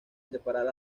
separar